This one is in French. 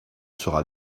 sera